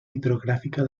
hidrogràfica